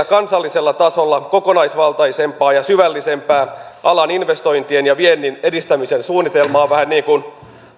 kansallisella tasolla kokonaisvaltaisempaa ja syvällisempää alan investointien ja viennin edistämisen suunnitelmaa vähän niin kuin